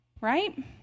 right